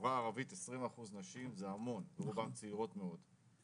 בחברה הערבית 20% נשים זה המון ורובן צעירות מאוד.